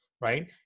right